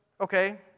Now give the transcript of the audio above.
okay